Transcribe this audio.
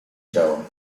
działo